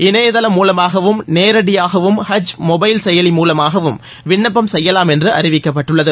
இணையதளம் மூலமாகவும் நேரடியாகவும் ஹஜ் மொபைல் செயலி மூலமாகவும் விண்ணப்பம் செய்யலாம் என்று அறிவிக்கப்பட்டுள்ளது